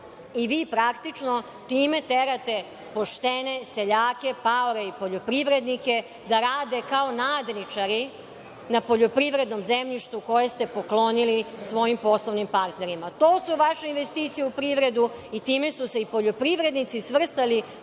i vi praktično time terate poštene seljake, paore i poljoprivrednike da rade kao nadničari na poljoprivrednom zemljištu koje ste poklonili svojim poslovnim partnerima. To su vaše investicije u privredu i time su se i poljoprivrednici svrstali